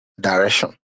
direction